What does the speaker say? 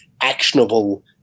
actionable